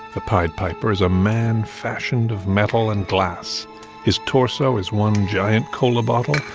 the pied piper is a man fashioned of metal and glass his torso is one giant cola bottle,